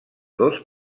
dos